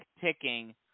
ticking